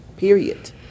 Period